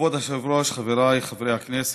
כבוד היושב-ראש, חבריי חברי הכנסת,